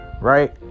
right